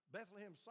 Bethlehem